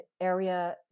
area